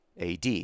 AD